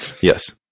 Yes